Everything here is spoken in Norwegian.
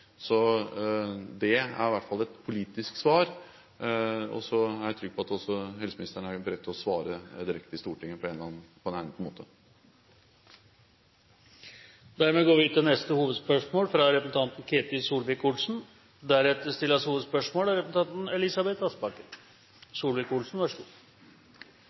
Det er i hvert fall et politisk svar, og så er jeg trygg på at også helseministeren er beredt til å svare direkte i Stortinget på en egnet måte. Vi går videre til neste hovedspørsmål. Jeg vil tilbake til oljepengebruk, for det er viktig å føre en ansvarlig økonomisk politikk der skattebetalernes penger ikke lånes billig ut og så